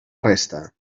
resta